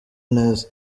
neza